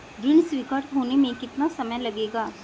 ऋण स्वीकृत होने में कितना समय लगेगा?